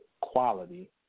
quality